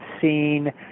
seen